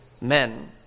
men